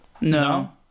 No